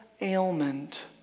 ailment